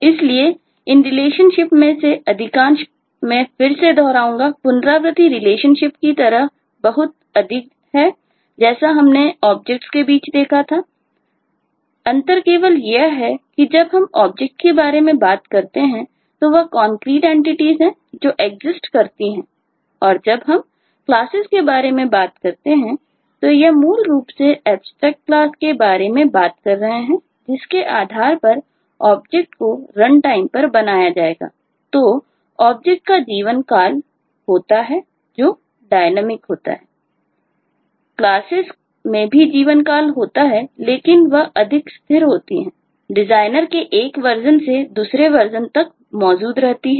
इसलिए इन रिलेशनशिप होता है